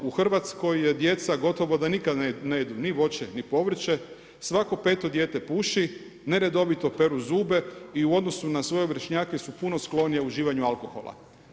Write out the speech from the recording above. U Hrvatskoj djeca gotovo da nikada ne jedu ni voće ni povrće, svako 5 dijete puši, neredovito peru zube i u odnosu na svoje vršnjake su puno sklonije uživanju alkohola.